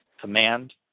command